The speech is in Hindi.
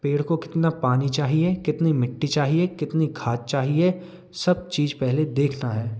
पेड़ को कितना पानी चाहिए कितनी मिट्टी चाहिए कितनी खाद चाहिए सब चीज पहले देखना है